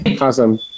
Awesome